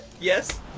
Yes